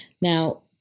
Now